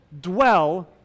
dwell